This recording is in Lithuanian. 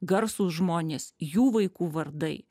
garsūs žmonės jų vaikų vardai